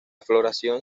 floración